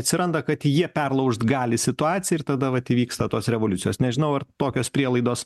atsiranda kad jie perlaužt gali situaciją ir tada vat įvyksta tos revoliucijos nežinau ar tokios prielaidos